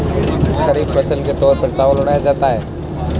खरीफ फसल के तौर पर चावल उड़ाया जाता है